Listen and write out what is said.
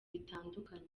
bitandukanye